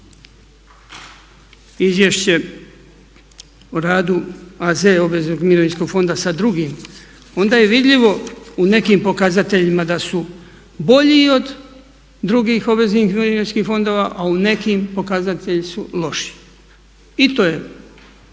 izvješće o radu AZ obveznog mirovinskog fonda sa drugim onda je vidljivo u nekim pokazateljima da su bolji i od drugih obveznih mirovinskih fondova, a u nekim pokazatelji su loši. I to je